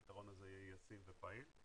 הפתרון הזה יהיה ישים ופעיל.